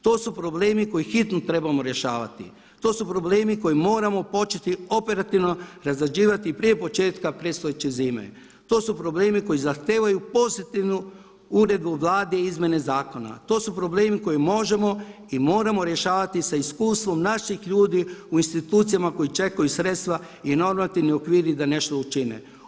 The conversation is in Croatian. To su problemi koje hitno trebamo rješavati, to su problemi koje moramo početi operativno razrađivati prije početka predstojeće zime, to su problemi koji zahtijevaju pozitivnu uredbu Vlade i izmjene zakona, to su problemi koje možemo i moramo rješavati sa iskustvom naših ljudi u institucijama koji čekaju sredstva i normativni okviri da nešto učine.